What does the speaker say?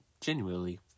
Genuinely